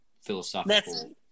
philosophical